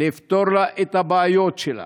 לפתור לה את הבעיות שלה,